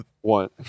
One